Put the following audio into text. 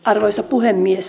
arvoisa puhemies